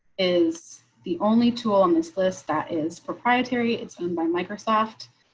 is the only tool on this list that is proprietary it's owned by microsoft.